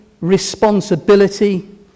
responsibility